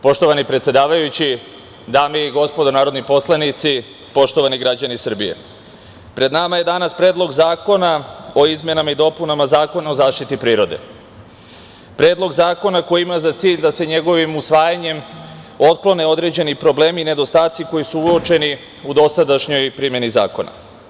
Poštovani predsedavajući, dame i gospodo narodni poslanici, poštovani građani Srbije, pred nama je danas Predlog zakona o izmenama i dopunama Zakona o zaštiti prirode, Predlog zakona koji ima za cilj da se njegovim usvajanjem otklone određeni problemi i nedostaci koji su uočeni u dosadašnjoj primeni zakona.